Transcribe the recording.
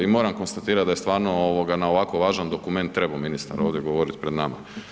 I moram konstatirati da je stvarno na ovako važan dokument trebao ministar ovdje govoriti pred nama.